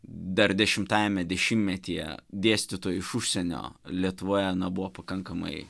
dar dešimtajame dešimtmetyje dėstytojų iš užsienio lietuvoje nebuvo pakankamai